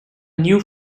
new